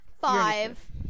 Five